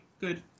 Good